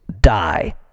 die